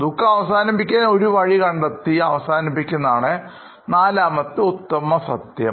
ദുഃഖം അവസാനിപ്പിക്കാൻ ഒരു വഴി കണ്ടെത്തി അവസാനിപ്പിക്കുന്നതാണ് നാലാമത്തെ ഉത്തമ സത്യം